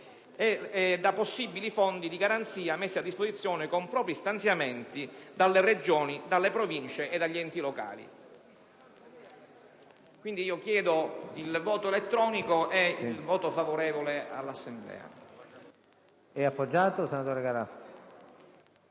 e possibili fondi di garanzia messi a disposizione, con propri stanziamenti, dalle Regioni, dalle Province e dagli enti locali. Per tali ragioni, chiedo il voto favorevole all'Assemblea